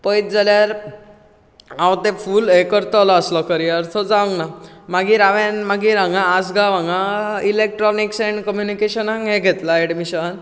पळयत जाल्यार हांव तें फूल हें करतलो आसलो करियर सो जावंक ना मागीर हांवेंन हांगा मागीर आसगांव हांगा इलेक्ट्रोनीक्स एण्ड कम्यूनीकेशन हांगा हें घेतलां ऍडमीशन